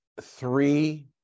three